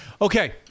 Okay